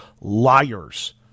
liars